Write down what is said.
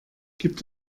gibt